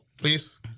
Please